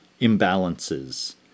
imbalances